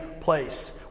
place